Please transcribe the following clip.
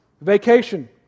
Vacation